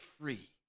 free